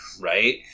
right